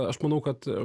aš manau kad